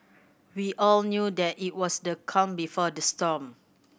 we all knew that it was the calm before the storm